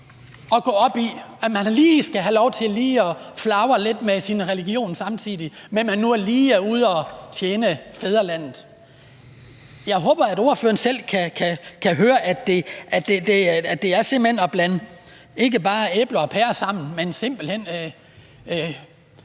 at gå op i, at man lige skal have lov til at flage lidt med sin religion, samtidig med at man nu lige er ude at tjene fædrelandet? Jeg håber, at ordføreren selv kan høre, at det ikke bare er at blande æbler og pærer sammen, men simpelt hen